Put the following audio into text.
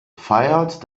feiert